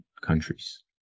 countries